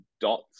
dots